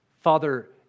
Father